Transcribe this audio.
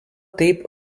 taip